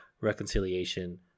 reconciliation